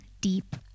deep